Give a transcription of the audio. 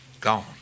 gone